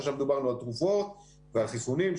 ששם דיברנו על תרופות ועל חיסונים.